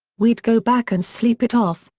we'd go back and sleep it off,